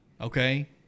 okay